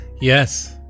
Yes